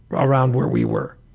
around where we were,